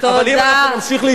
אבל אם אנחנו נמשיך להתמסר,